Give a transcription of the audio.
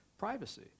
privacy